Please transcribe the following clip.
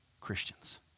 Christians